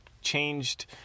changed